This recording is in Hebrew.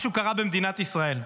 משהו קרה במדינת ישראל.